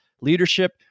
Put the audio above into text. leadership